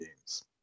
games